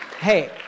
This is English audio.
Hey